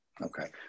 Okay